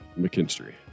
McKinstry